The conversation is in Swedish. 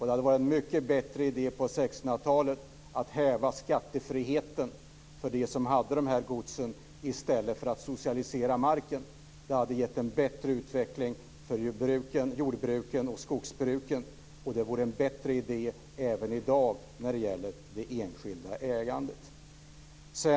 Det hade varit en mycket bättre idé på 1600-talet att häva skattefriheten för dem som hade de här godsen i stället för att socialisera marken. Det hade gett en bättre utveckling för bruken, jordbruken och skogsbruken, och det vore en bättre idé även i dag när det gäller det enskilda ägandet.